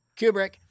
Kubrick